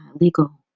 legal